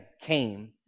came